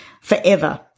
forever